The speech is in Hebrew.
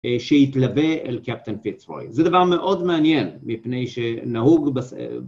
שיתלווה אל קפטן פיטסוי, זה דבר מאוד מעניין מפני שנהוג